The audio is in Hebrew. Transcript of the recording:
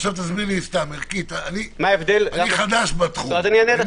אני באמת חדש בתחום.